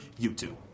YouTube